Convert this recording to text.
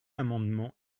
amendements